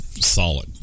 solid